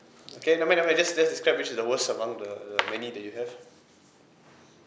okay never mind never mind just just describe which is the worst among the the many that you have